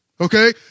Okay